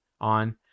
on